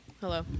hello